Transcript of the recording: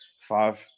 Five